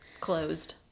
Closed